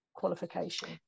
qualification